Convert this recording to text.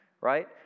right